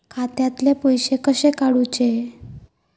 खात्यातले पैसे कसे काडूचे?